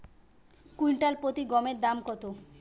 Quintal প্রতি গমের দাম কত?